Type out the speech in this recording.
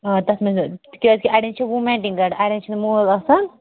آ تتھ منٛز کیٛازِ کہ اڈٮ۪ن چھِ وُمیٹِنگ گۄڈٕ اڈٮ۪ن چھُ نہٕ مٲل آسان